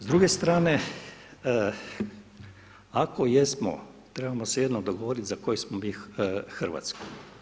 S druge strane, ako jesmo trebamo se jednom dogovoriti za koju smo mi Hrvatsku.